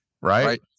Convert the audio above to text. Right